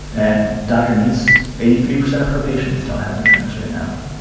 and dr. niess, eighty three percent of her patients don't have insurance right now.